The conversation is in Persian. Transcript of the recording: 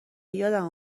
یادم